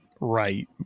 Right